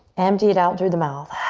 empty it out through the mouth.